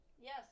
Yes